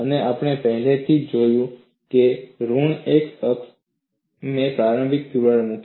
અને આપણે પહેલેથી જ નોંધ્યું છે ઋણ x અક્ષ પર મેં પ્રારંભિક તિરાડ મૂકી